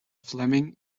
fleming